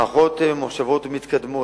מערכות ממוחשבות ומתקדמות,